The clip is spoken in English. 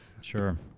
Sure